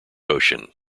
ocean